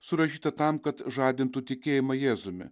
surašyta tam kad žadintų tikėjimą jėzumi